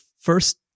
first